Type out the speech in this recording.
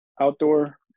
outdoor